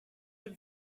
dem